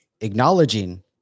acknowledging